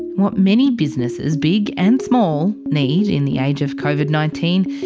what many businesses big and small need in the age of covid nineteen,